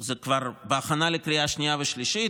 זה כבר בהכנה לקריאה שנייה ושלישית,